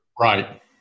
Right